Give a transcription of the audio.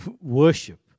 worship